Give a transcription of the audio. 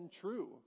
true